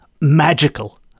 magical